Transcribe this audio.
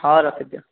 ହଁ ରଖିଦିଅ